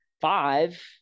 five